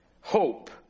Hope